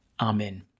Amen